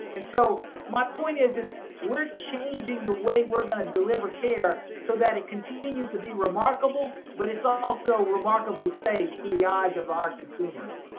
and so my point is this, we're changing the way we're gonna deliver care so that it continues to be remarkable, but it's also remarkably safe through the eyes of our consumers.